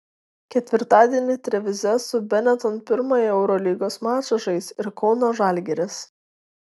ketvirtadienį trevize su benetton pirmąjį eurolygos mačą žais ir kauno žalgiris